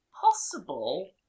possible